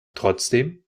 trotzdem